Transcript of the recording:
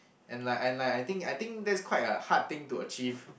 and like I like I think I think that's quite a hard thing to achieve